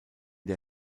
der